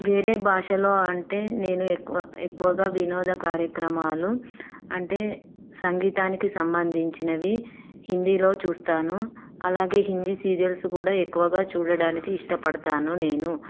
వేరే భాషలో అంటే నేను ఎక్కువ ఎక్కువగా వినోద కార్యక్రమాలు అంటే సంగీతానికి సంబంధించినవి హిందీలో చూస్తాను అలాగే హిందీ సీరియల్స్ కూడా ఎక్కువగా చూడడానికి ఇష్టపడతాను నేను